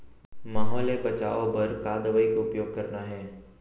माहो ले बचाओ बर का दवई के उपयोग करना हे?